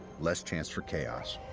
less chance for chaos.